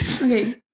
Okay